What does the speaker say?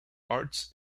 arts